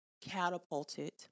catapulted